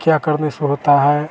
क्या करने से होता है